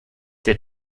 der